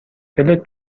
دلت